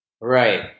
Right